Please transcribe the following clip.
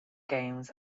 games